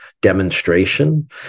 demonstration